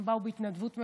הם באו בהתנדבות מלאה,